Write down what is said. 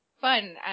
fun